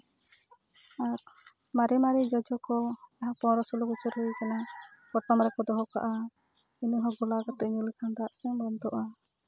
ᱟᱨ ᱢᱟᱨᱮ ᱢᱟᱨᱮ ᱡᱚᱡᱚ ᱠᱚ ᱯᱚᱱᱨᱚ ᱥᱳᱞᱳ ᱵᱚᱪᱷᱚᱨ ᱦᱩᱭᱟᱠᱟᱱᱟ ᱯᱚᱴᱚᱢ ᱨᱮᱠᱚ ᱫᱚᱦᱚ ᱠᱟᱜᱼᱟ ᱚᱱᱟ ᱛᱮᱦᱚᱸ ᱫᱟᱜ ᱥᱮᱱ ᱵᱚᱱᱫᱚᱜᱼᱟ